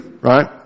right